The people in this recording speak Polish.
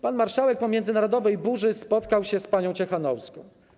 Pan marszałek po międzynarodowej burzy spotkał się z panią Cichanouską.